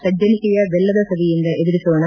ಸಜ್ಜನಿಕೆಯ ಬೆಲ್ಲದ ಸವಿಯಿಂದ ಎದುರಿಸೋಣ